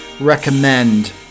recommend